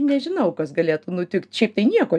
nežinau kas galėtų nutikt šiaip tai nieko